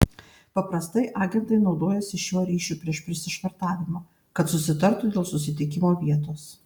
paprastai agentai naudojasi šiuo ryšiu prieš prisišvartavimą kad susitartų dėl susitikimo vietos